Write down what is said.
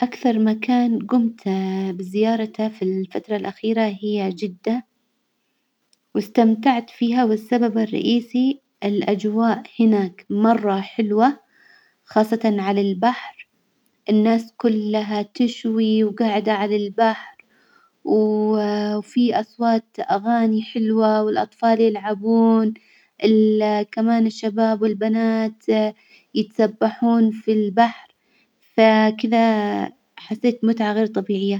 أكثر مكان جمت بزيارته في الفترة الأخيرة هي جدة، وإستمتعت فيها والسبب الرئيسي الأجواء هناك مرة حلوة، خاصة على البحر الناس كلها تشوي وجاعدة على البحر، وفي أصوات أغاني حلوة، والأطفال يلعبون، ال- كمان الشباب والبنات يتسبحون في البحر، فكذا حسيت متعة غير طبيعية.